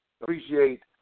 appreciate